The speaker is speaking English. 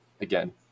again